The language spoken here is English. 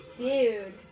Dude